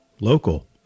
local